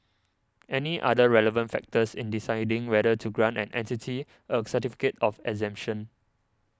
any other relevant factors in deciding whether to grant an entity a certificate of exemption